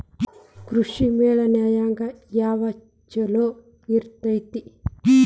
ಕೃಷಿಮೇಳ ನ್ಯಾಗ ಯಾವ್ದ ಛಲೋ ಇರ್ತೆತಿ?